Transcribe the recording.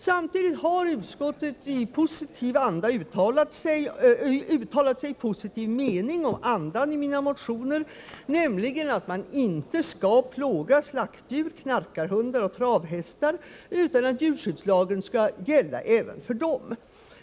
Samtidigt har utskottet uttalat sig i positiv mening om andan i mina motioner, nämligen att man inte skall plåga slaktdjur, knarkarhundar och travhästar, utan att djurskyddslagen skall gälla även för dem.